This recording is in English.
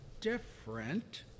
different